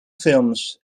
films